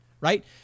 right